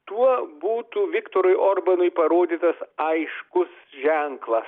tuo būtų viktorui orbanui parodytas aiškus ženklas